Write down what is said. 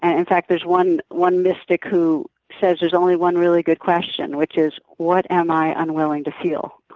ah in fact, there's one one mystic who says there's only one really good question which is, what am i unwilling to feel? oh,